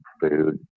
food